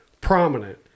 prominent